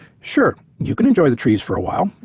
sure you can enjoy the trees for a while,